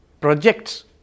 projects